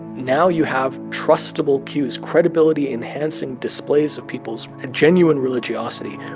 now you have trustable cues, credibility-enhancing displays of people's genuine religiosity,